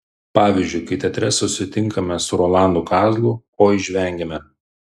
pavyzdžiui kai teatre susitinkame su rolandu kazlu oi žvengiame